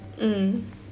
mmhmm